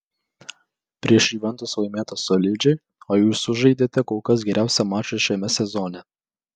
prieš juventus laimėta solidžiai o jūs sužaidėte kol kas geriausią mačą šiame sezone